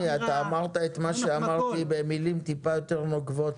דני, אמרת את מה שאמרתי במילים קצת יותר נוקבות.